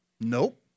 nope